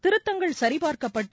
திருத்தங்கள் சரிபார்க்கப்பட்டு